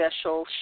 special